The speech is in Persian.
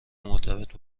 مرتبط